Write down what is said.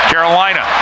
Carolina